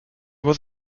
was